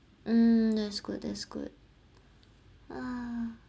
um that's good that's good ah